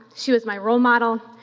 she was my role model,